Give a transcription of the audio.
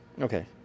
Okay